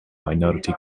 minority